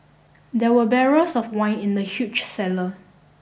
there were barrels of wine in the huge cellar